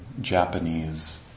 Japanese